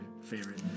favorite